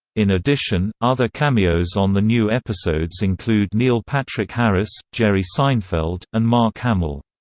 in addition, other cameos on the new episodes include neil patrick harris, jerry seinfeld, and mark hamill.